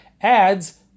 adds